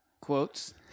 quotes